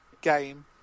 game